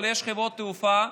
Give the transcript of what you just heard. אבל יש חברות תעופה,